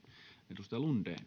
arvoisa